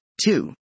two